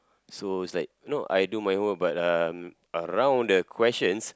so it's like you know I do my work but um around the questions